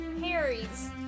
Harry's